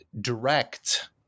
direct